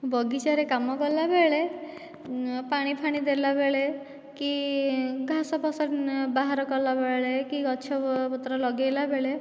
ବଗିଚାରେ କାମ କଲାବେଳେ ପାଣି ଫାଣି ଦେଲାବେଳେ କି ଘାସ ଫାସ ବାହାର କଲାବେଳେ କି ଗଛ ପତ୍ର ଲଗେଇଲାବେଳେ